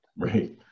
Right